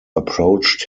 approached